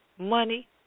Money